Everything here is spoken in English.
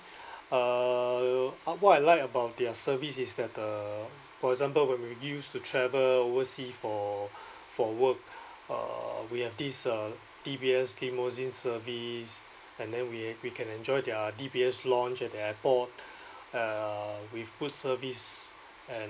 uh what I like about their service is that uh for example when we used to travel overseas for for work uh we have this uh D_B_S limousine service and then we we can enjoy their D_B_S launch at the airport uh with good service and